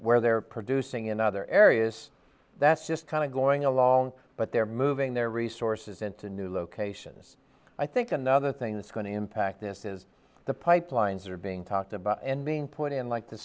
where they're producing in other areas that's just kind of going along but they're moving their resources into new locations i think another thing that's going to impact this is the pipelines are being talked about and being put in like the